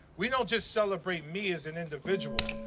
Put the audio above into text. we don't just celebrate me as an individual.